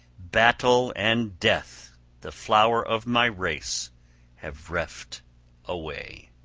battle and death the flower of my race have reft away.